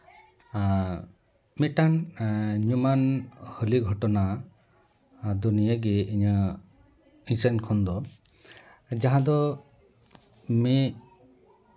ᱦᱮᱸ ᱢᱤᱫᱴᱟᱱ ᱧᱩᱢᱟᱱ ᱦᱟᱹᱞᱤ ᱜᱷᱚᱴᱚᱱᱟ ᱟᱫᱚ ᱱᱤᱭᱟᱹ ᱜᱮ ᱤᱧᱟᱹᱜ ᱤᱧ ᱥᱮᱱ ᱠᱷᱚᱱ ᱫᱚ ᱡᱟᱦᱟᱸ ᱫᱚ ᱢᱤᱫ